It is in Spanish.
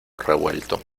revuelto